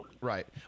Right